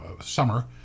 summer